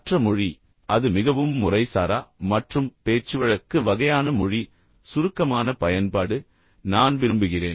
மற்ற மொழி அது மிகவும் முறைசாரா மற்றும் பேச்சுவழக்கு வகையான மொழி சுருக்கமான பயன்பாடு நான் விரும்புகிறேன்